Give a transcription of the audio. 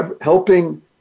Helping